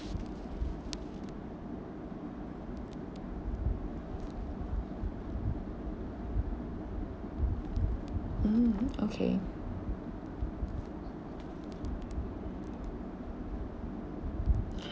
mm okay